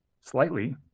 Slightly